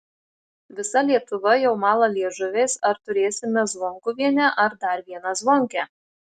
visa lietuva jau mala liežuviais ar turėsime zvonkuvienę ar dar vieną zvonkę